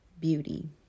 beauty